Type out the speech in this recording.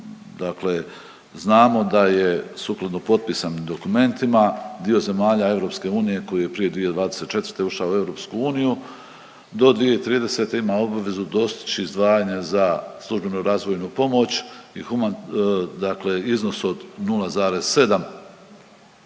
dakle znamo da je sukladno potpisanim dokumentima dio zemalja EU koji je prije 2024. ušao u EU do 2030. ima obvezu dostići izdvajanje za službenu razvojnu pomoći i huma…